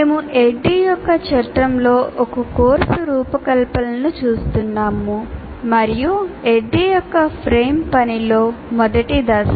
మేము ADDIE యొక్క చట్రంలో ఒక కోర్సు రూపకల్పనను చూస్తున్నాము మరియు ADDIE యొక్క ఫ్రేమ్ పనిలో మొదటి దశ